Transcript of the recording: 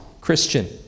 Christian